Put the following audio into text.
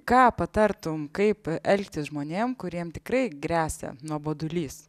ką patartum kaip elgtis žmonėm kuriem tikrai gresia nuobodulys